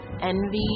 Envy